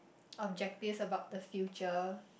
objectives about the future